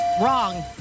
Wrong